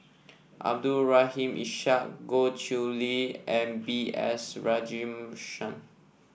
Abdul Rahim Ishak Goh Chiew Lye and B S Rajhans